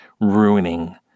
ruining